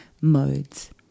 modes